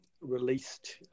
released